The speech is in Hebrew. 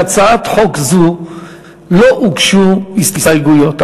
להצעת חוק זו לא הוגשו הסתייגויות,